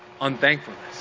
Unthankfulness